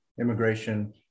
immigration